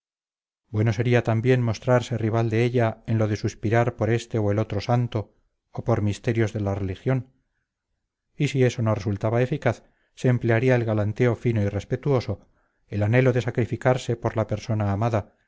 bueno sería también mostrarse rival de ella en lo de suspirar por este o el otro santo o por misterios de la religión y si esto no resultaba eficaz se emplearía el galanteo fino y respetuoso el anhelo de sacrificarse por la persona amada